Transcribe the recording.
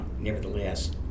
Nevertheless